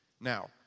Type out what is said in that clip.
Now